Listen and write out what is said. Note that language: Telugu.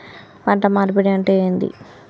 పంట మార్పిడి అంటే ఏంది?